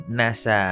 nasa